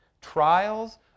Trials